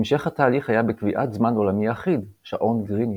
המשך התהליך היה בקביעת זמן עולמי אחיד - שעון גריניץ'.